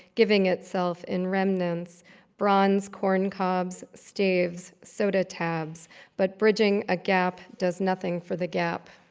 giving itself in remnants bronze corn cobs, staves, soda tabs but bridging a gap does nothing for the gap.